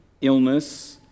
illness